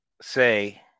say